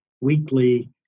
weekly